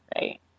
Right